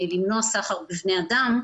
למנוע סחר בבני אדם.